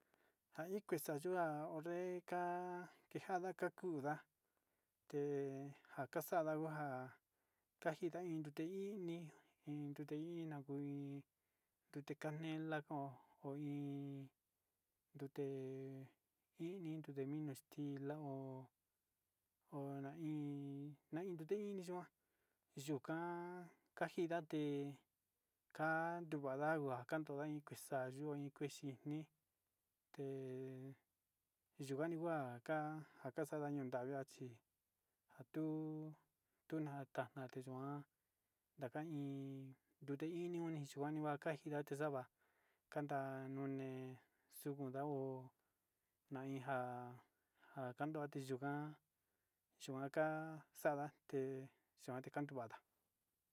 Nja iin kuxa yu'a ndeka kenjada kakuda te kaxanda juaja ajita tute ini, iin tute ini njakui tute canela iin nrute ini nrute mino kastila, ho nain nain rute ini yikuan yuu kan kanjindate kandukua ndagua kandó en kuexa yo'o iin kuexi nii te'e yukua nuu kua ka'a njakaxa nruu nraví chi atuu ndaka iin tekuan ndaka iin nrute ini oni xakuan xinda yate xava'a anda nuni, xuku'u na'o ndadija njan kandote yuu njuan kuanka xandate xante kanduu vata'a.